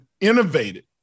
innovated